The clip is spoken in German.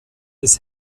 des